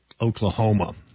Oklahoma